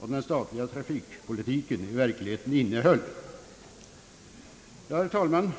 om den statliga trafikpolitiken i verkligheten innehöll. Herr talman!